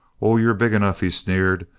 oh, you're big enough, he sneered.